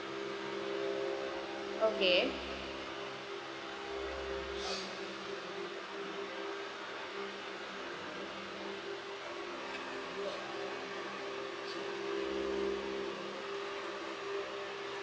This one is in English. okay